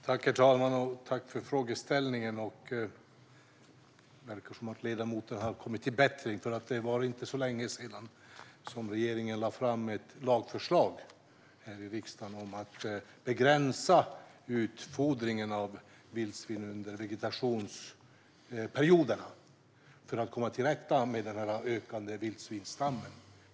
Herr talman! Tack för frågeställningen! Det verkar som att ledamoten har kommit på bättre tankar, för det var inte så länge sedan regeringen lade fram ett lagförslag för riksdagen om att begränsa utfodringen av vildsvin under vegetationsperioderna för att komma till rätta med den ökande vildsvinsstammen.